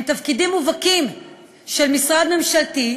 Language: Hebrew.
הם למעשה תפקידיו של משרד התרבות והספורט,